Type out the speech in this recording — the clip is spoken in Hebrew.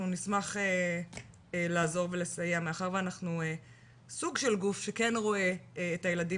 אנחנו נשמח לעזור ולסייע מאחר ואנחנו סוג של גוף שכן רואה את הילדים